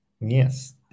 Yes